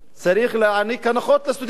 צריך להעניק הנחות לסטודנטים.